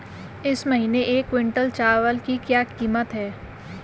इस महीने एक क्विंटल चावल की क्या कीमत है?